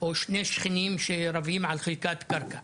או שני שכנים שרבים על שייכות קרקע.